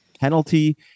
penalty